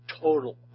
total